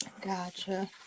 gotcha